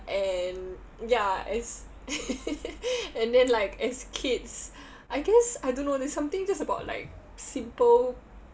and ya as and then like as kids I guess I don't know there's something just about like simple